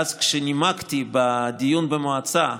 ואז כשנימקתי בדיון במועצה,